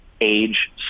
age